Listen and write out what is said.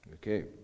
Okay